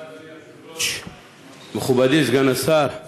אדוני היושב-ראש, תודה, מכובדי סגן השר,